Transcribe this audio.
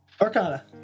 Arcana